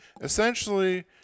essentially